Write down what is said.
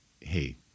hey